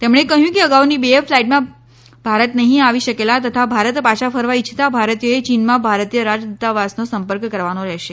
તેમણે કહ્યું કે અગાઉની બે ફ્લાઈટમાં ભારત નહીં આવી શકેલા તથા ભારત પાછા ફરવા ઈચ્છતા ભારતીયોએ ચીનમાં ભારતીય રાજદૂતાવાસનો સંપર્ક કરવાનો રહેશે